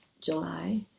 July